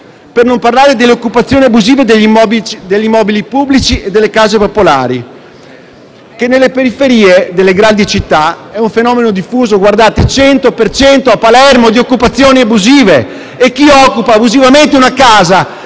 Per non parlare delle occupazioni abusive degli immobili pubblici e delle case popolari, che nelle periferie delle grandi città è un fenomeno diffuso: a Palermo c'è il 100 per cento di occupazioni abusive e chi occupa abusivamente una casa